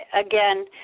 again